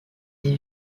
des